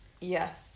Yes